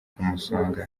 umusonga